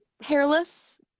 hairless